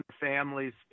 families